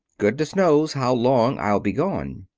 goodness knows how long i'll be gone!